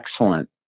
Excellent